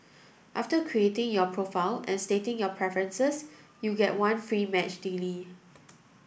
after creating your profile and stating your preferences you get one free match daily